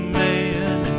man